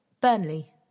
Burnley